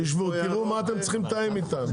תשבו, תראו מה אתם צריכים לתאם איתם.